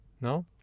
no